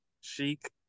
chic